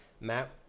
Matt